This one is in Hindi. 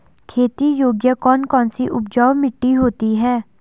खेती योग्य कौन कौन सी उपजाऊ मिट्टी होती है?